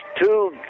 two